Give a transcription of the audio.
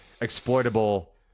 exploitable